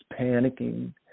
panicking